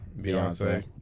Beyonce